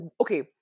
okay